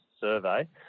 survey